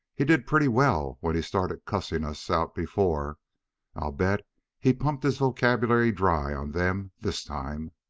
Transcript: he did pretty well when he started cussing us out before i'll bet he pumped his vocabulary dry on them this time.